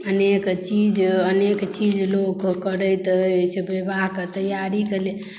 अनेक चीज अनेक चीज लोक करैत अछि विवाहके तैयारीके लेल